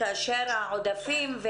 כאשר העודפים,